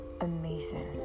amazing